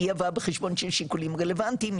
אי הבאה בחשבון של שיקולים רלוונטיים,